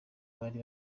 bari